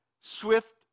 swift